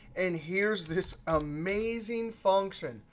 and here's this amazing function,